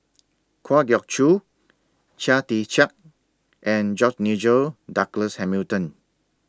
Kwa Geok Choo Chia Tee Chiak and George Nigel Douglas Hamilton